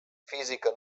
física